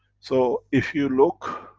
so, if you look,